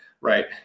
right